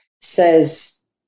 says